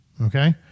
Okay